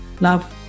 Love